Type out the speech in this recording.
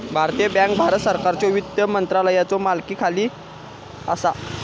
भारतीय बँक भारत सरकारच्यो वित्त मंत्रालयाच्यो मालकीखाली असा